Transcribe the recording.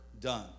done